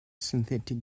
synthetic